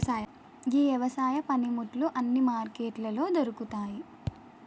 గీ యవసాయ పనిముట్లు అన్నీ మార్కెట్లలో దొరుకుతాయి